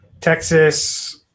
Texas